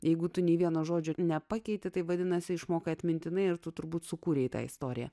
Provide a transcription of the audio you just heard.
jeigu tu nei vieno žodžio nepakeitė tai vadinasi išmokai atmintinai ir tu turbūt sukūrei tą istoriją